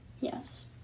Yes